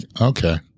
okay